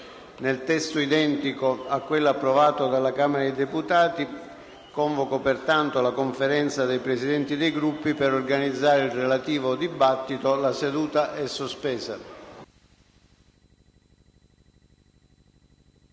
nel testo identico a quello approvato dalla Camera dei deputati. Convoco pertanto la Conferenza dei Presidenti dei Gruppi per organizzare il relativo dibattito. La seduta è sospesa.